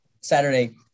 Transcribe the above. Saturday